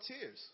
tears